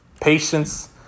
patience